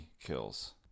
kills